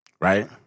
right